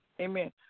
Amen